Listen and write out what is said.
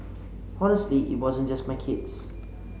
honestly it wasn't just my kids